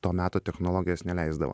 to meto technologijas neleisdavo